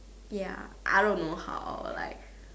ya I don't know how like